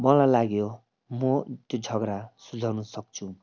मलाई लाग्यो मो त्यो झगडा सुल्झाउनु सक्छु